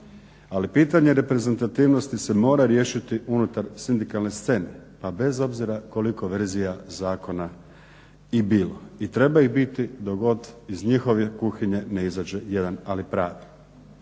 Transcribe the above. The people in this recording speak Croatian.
Ali pitanje reprezentativnosti se mora riješiti unutar sindikalne scene a bez obzira koliko verzija zakona i bilo i treba ih biti dok god iz njihove kuhinje ne izađe jedan ali pravi.